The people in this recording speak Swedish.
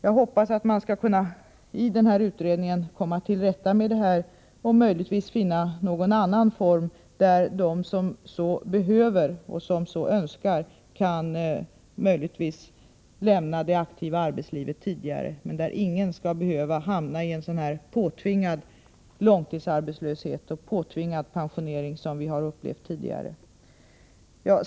Jag hoppas att man i den här utredningen skall komma till rätta med detta och möjligtvis finna någon annan form där de som så behöver och som så önskar möjligtvis kan lämna det aktiva arbetslivet tidigare, men där ingen skall behöva hamna i påtvingad långtidsarbetslöshet eller påtvingad pensionering, som vi har upplevt tidigare.